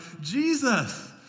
Jesus